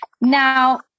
Now